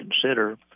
consider